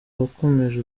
wakomeje